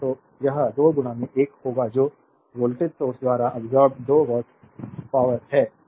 तो यह 2 1 होगा जो वोल्टेज सोर्स द्वारा अब्सोर्बेद 2 वाट पावरहै